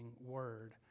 word